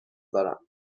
دارم